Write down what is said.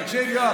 תקשיב, יואב,